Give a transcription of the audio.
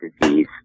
disease